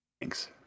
Thanks